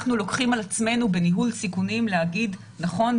אנחנו לוקחים על עצמנו בניהול סיכונים להגיד: נכון,